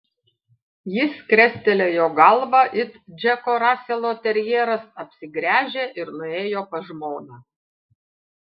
jis krestelėjo galvą it džeko raselo terjeras apsigręžė ir nuėjo pas žmoną